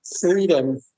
freedom